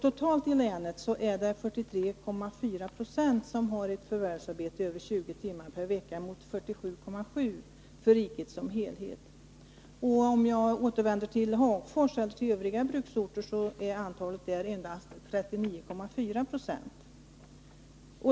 Totalt ilänet är det 43,4 90 som har ett förvärvsarbete över 20 timmar per vecka mot 47,7 Jo för riket som helhet. Om jag återvänder till Hagfors eller övriga bruksorter är antalet där endast 39,4 20.